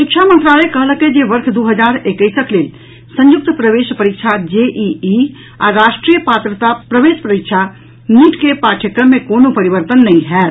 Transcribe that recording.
शिक्षा मंत्रालय कहलक अछि जे वर्ष दू हजार एकैसक लेल संयुक्त प्रवेश परीक्षा जेईई आ राष्ट्रीय पात्रता प्रवेश परीक्षा नीट के पाठ्यक्रम मे कोनो परिवर्तन नहि होयत